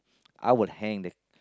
I will hang the